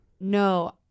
No